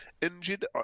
injured